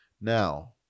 Now